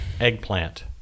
eggplant